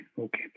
okay